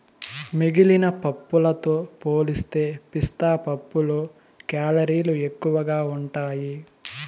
మిగిలిన పప్పులతో పోలిస్తే పిస్తా పప్పులో కేలరీలు ఎక్కువగా ఉంటాయి